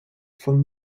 von